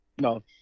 no